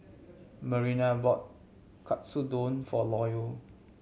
Marina bought Katsudon for Loyal